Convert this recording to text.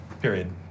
period